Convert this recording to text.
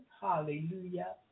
hallelujah